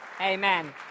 Amen